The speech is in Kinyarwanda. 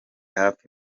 hafi